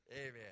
Amen